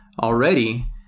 already